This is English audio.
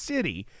City